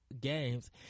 games